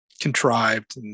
contrived